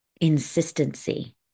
insistency